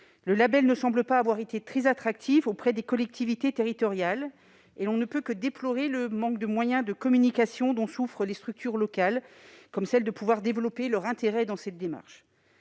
Le label ne semble pas avoir été très attractif pour les collectivités territoriales, et l'on ne peut que déplorer le manque de moyens de communication des structures locales, qui ne peuvent développer leur intérêt dans cette démarche.